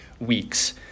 weeks